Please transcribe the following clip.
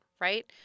Right